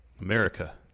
America